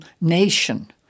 nation